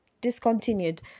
discontinued